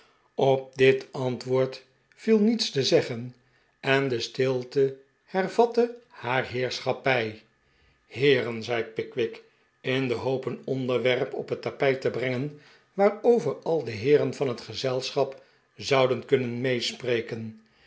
op dit antwoord viel niets te zeggen en de stilte hervatte haar heersehappij heeren zei pickwick in de hoop een onderwerp op het tapijt te brengen waarover al de leden van het gezelschap zouden kunnen meespreken